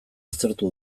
aztertu